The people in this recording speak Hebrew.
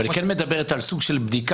אבל היא כן מדברת על סוג של בדיקה,